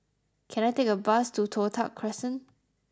can I take a bus to Toh Tuck Crescent